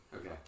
Okay